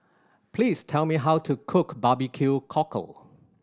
please tell me how to cook barbecue cockle